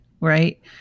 right